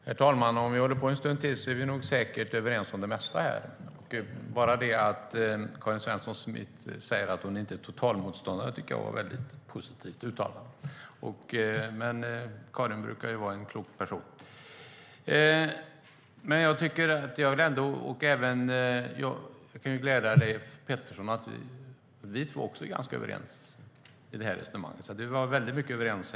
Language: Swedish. Herr talman! Om vi håller på en stund till är vi nog överens om det mesta. Bara det att Karin Svensson Smith säger att hon inte är totalmotståndare tycker jag var ett mycket positivt uttalande. Men Karin brukar ju vara en klok person. Jag kan också glädja Leif Pettersson att också vi två är ganska överens i det här resonemanget. Vi var plötsligt väldigt mycket överens.